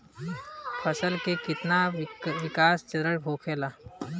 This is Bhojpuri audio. फसल के कितना विकास चरण होखेला?